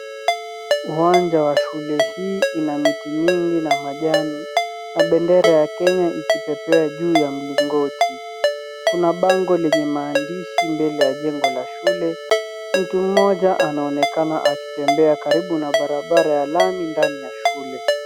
Uwanja wa shule hii ina miti mingi na majani na bendera ya Kenya ikipepea juu ya mlingoti. Kuna bango lenye maandishi mbele ya jengo la shule. Mtu mmoja anaonekana akitembea karibu na barabara ya lami karibu na shule.